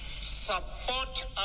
support